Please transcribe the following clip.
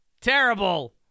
terrible